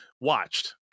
watched